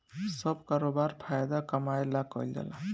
सब करोबार फायदा कमाए ला कईल जाल